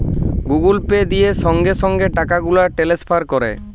Google Pay দিয়ে সংগে সংগে টাকাগুলা টেলেসফার ক্যরা